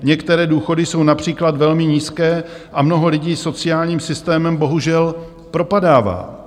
Některé důchody jsou například velmi nízké a mnoho lidí sociálním systémem bohužel propadává.